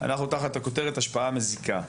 אנחנו תחת הכותרת השפעה מזיקה.